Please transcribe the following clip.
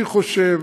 אני חושב